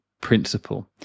principle